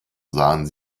sahen